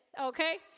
Okay